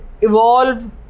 evolve